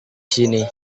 sini